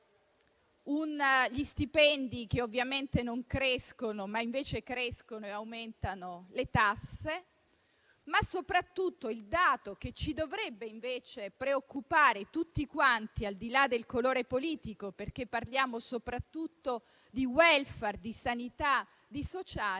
gli stipendi che ovviamente non crescono, mentre crescono e aumentano le tasse. Soprattutto, il dato che ci dovrebbe invece preoccupare tutti, al di là del colore politico, perché parliamo soprattutto di *welfare*, di sanità e di sociale,